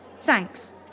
thanks